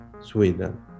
Sweden